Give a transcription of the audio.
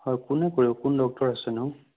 হয় কোনে কৰিব কোন ডক্টৰ আছেনো